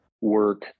work